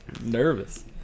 nervous